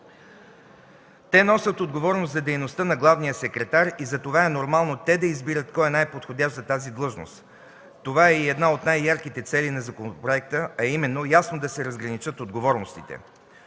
Те носят отговорност за дейността на главния секретар и затова е нормално те да избират кой е най-подходящ за тази длъжност. Това е и една от най-ярките цели на законопроекта, а именно ясно да се разграничат отговорностите.